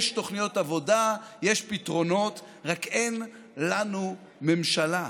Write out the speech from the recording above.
יש תוכניות עבודה, יש פתרונות, רק אין לנו ממשלה.